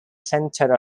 center